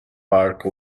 park